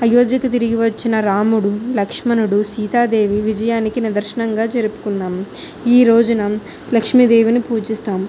అయోధ్యకు తిరిగి వచ్చిన రాముడు లక్ష్మణుడు సీతాదేవి విజయానికి నిదర్శనంగా జరుపుకున్నాము ఈ రోజున లక్ష్మీదేవిని పూజిస్తాము